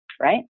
Right